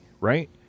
Right